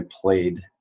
played